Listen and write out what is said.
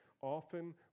often